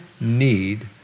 need